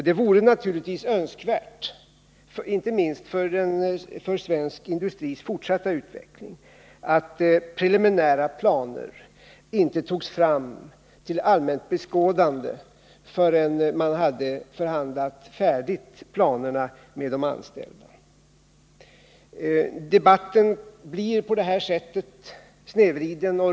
Det vore givetvis önskvärt, inte minst för svensk industris fortsatta utveckling, att preliminära planer inte togs fram till allmänt beskådande förrän man hade förhandlat färdigt planerna med de anställda. Debatten blir annars på det här sättet snedvriden.